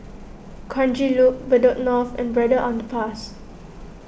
Kranji Loop Bedok North and Braddell Underpass